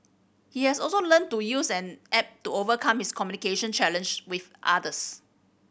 he has also learnt to use an app to overcome his communication challenge with others